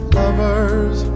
lovers